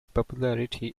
popularity